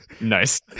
Nice